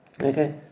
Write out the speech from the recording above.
Okay